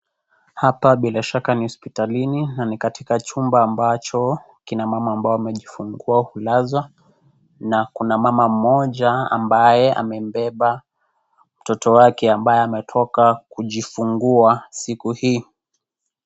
Hapa bila shaka ni hospitalini na ni katika chumba ambacho kina mama ambao wamejifungua hulazwa na kuna mama mmoja, ambaye amembeba mtoto wake ambaye ametoka kujifungua siku hii.